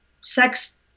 sex